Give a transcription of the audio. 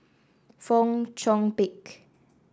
Fong Chong Pik